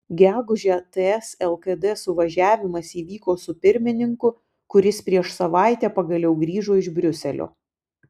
gegužę ts lkd suvažiavimas įvyko su pirmininku kuris prieš savaitę pagaliau grįžo iš briuselio